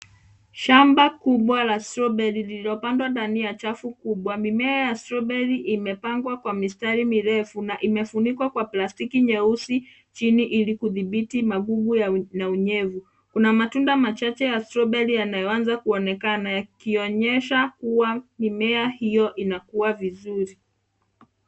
Shamba kubwa la strawberry lililopandwa ndani ya chafu kubwa. Mimea ya strawberry imepangwa kwa mistari mirefu na imefunikwa kwa plastiki nyeusi chini ili kudhibiti magugu na unyevu. Kuna matunda machache ya strawberry yanayoanza kuonekana, yakionyesha kuwa mimea hiyo inakua vizuri.